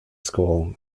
school